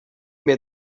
分别